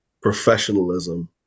professionalism